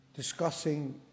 discussing